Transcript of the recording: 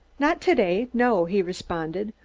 not to-day, no, he responded.